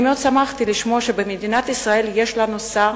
אני מאוד שמחתי לשמוע שבמדינת ישראל יש לנו שר